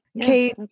Kate